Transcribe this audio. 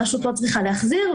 הרשות לא צריכה להחזיר,